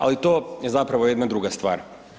Ali to je zapravo jedna druga stvar.